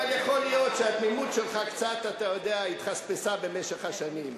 אבל יכול להיות שהתמימות שלך קצת התחספסה במשך השנים.